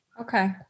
Okay